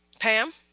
Pam